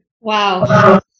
Wow